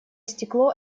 стекло